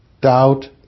Doubt